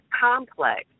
complex